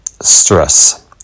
stress